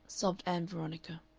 sobbed ann veronica,